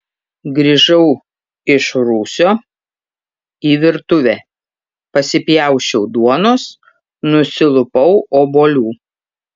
grįžau iš rūsio į virtuvę pasipjausčiau duonos nusilupau obuolių